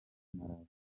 malawi